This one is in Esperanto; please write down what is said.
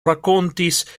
rakontis